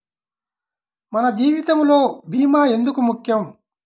మన జీవితములో భీమా ఎందుకు ముఖ్యం?